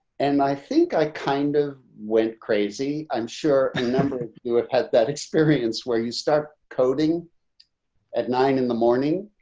and i think i kind of went crazy. i'm sure a number you have had that experience where you start coding at nine in the morning.